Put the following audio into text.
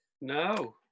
No